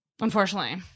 unfortunately